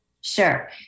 Sure